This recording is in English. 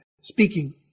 speaking